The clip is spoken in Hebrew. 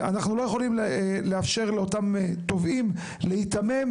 אנחנו לא יכולים לאפשר לאותם עובדים להיתמם,